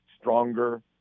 stronger